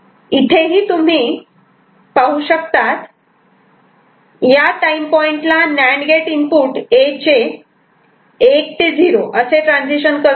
इथे ही गोष्ट तुम्ही पाहू शकतात की या टाईम पॉइंटला नांड गेट इनपुट A चे 1 ते 0 असे ट्रान्झिशन करतो